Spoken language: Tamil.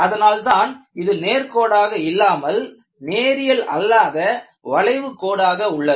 அதனால்தான் இது நேர்கோடாக இல்லாமல் நேரியல் அல்லாத வளைவு கோடாக உள்ளது